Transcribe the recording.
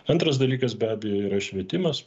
antras dalykas be abejo yra švietimas